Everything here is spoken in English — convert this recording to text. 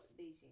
Beijing